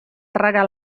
traga